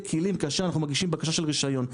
כלים כאשר אנחנו מגישים בקשה של רישיון,